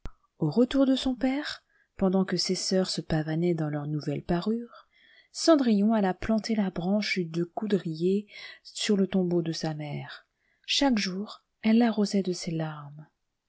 au retour de son père pendant que ses sœurs se pavanaient dans leurs nouvelles parures cendrillon alla planter la branche de coudrier sur le tombeau de sa mère chaque jour elle l'arrosait de ses larmes